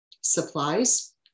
supplies